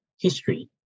history